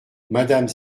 madame